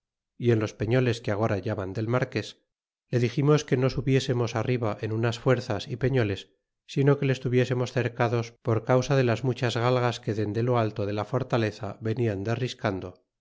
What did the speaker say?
y en los peñoles que agora llaman del marques le diximos que no subiesemos arriba en unas fuerzas y peñoles sino que les tuviesernos cercados por causa de las muchas galgas que dende lo alto de la fortaleza venian derriscando